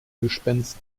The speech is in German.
gespenst